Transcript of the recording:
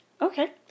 Okay